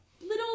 little